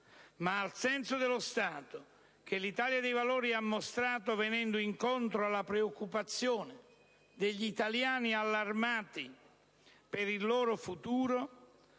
Ma al senso dello Stato che l'Italia dei Valori ha mostrato venendo incontro alla preoccupazione degli italiani allarmati per il loro futuro,